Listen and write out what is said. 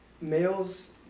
males